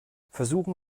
versuchen